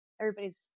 everybody's